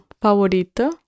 favorito